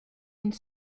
une